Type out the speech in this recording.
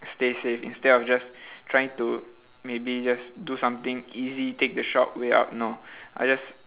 stay safe instead of just trying to maybe just do something easy take the short way out know I just